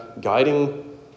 guiding